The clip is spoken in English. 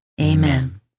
Amen